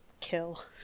Kill